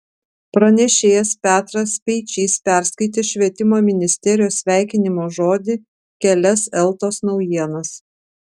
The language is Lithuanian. pranešėjas petras speičys perskaitė švietimo ministerijos sveikinimo žodį kelias eltos naujienas